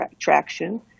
traction